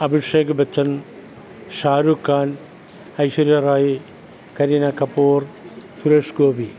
Abhishek Bachchan Shahrukh Khan Aishwarya Rai Kareena Kapoor Suresh Gopi